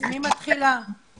היא מ"מ סמנכ"ל לעניינים אקדמיים.